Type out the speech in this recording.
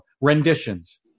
Renditions